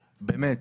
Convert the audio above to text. באמת,